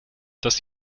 dass